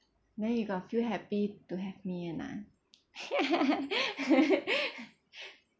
then you got feel happy to have me a not ah